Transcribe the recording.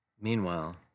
Meanwhile